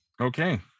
Okay